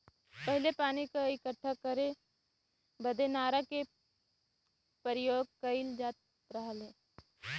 पहिले पानी क इक्कठा करे बदे नारा के परियोग कईल जात रहे